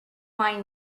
mine